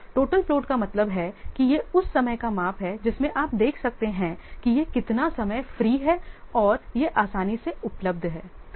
total float का मतलब है कि यह उस समय का माप है जिसमें आप देख सकते हैं कि यह कितना समय फ्री है और यह आसानी से उपलब्ध है